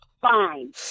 Fine